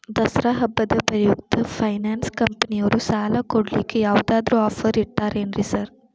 ದಸರಾ ಹಬ್ಬದ ಪ್ರಯುಕ್ತ ಫೈನಾನ್ಸ್ ಕಂಪನಿಯವ್ರು ಸಾಲ ಕೊಡ್ಲಿಕ್ಕೆ ಯಾವದಾದ್ರು ಆಫರ್ ಇಟ್ಟಾರೆನ್ರಿ ಸಾರ್?